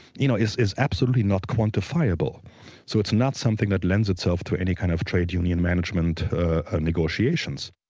you know is is absolutely not quantifiable so it's not something that lends itself to any kind of trade union management negotiations.